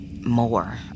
more